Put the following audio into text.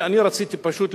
אני רציתי פשוט,